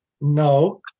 No